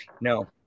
No